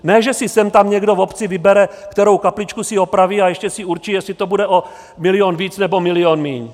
Ne že si sem tam někdo v obci vybere, kterou kapličku si opraví a ještě si určí, jestli to bude o milion víc nebo milion míň.